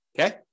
okay